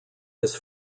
his